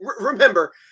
Remember